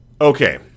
Okay